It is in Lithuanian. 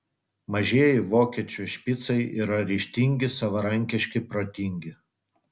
mažieji vokiečių špicai yra ryžtingi savarankiški protingi